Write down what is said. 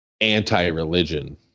anti-religion